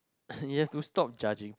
you have to stop judging